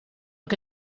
che